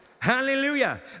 Hallelujah